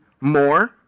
more